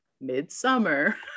midsummer